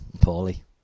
Poorly